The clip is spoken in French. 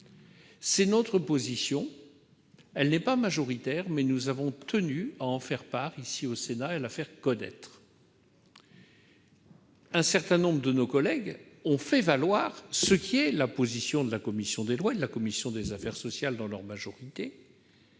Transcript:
est notre position. Elle n'est pas majoritaire, mais nous avons tenu à en faire part au Sénat. Un certain nombre de nos collègues ont fait valoir la position de la commission des lois et de la commission des affaires sociales dans leur majorité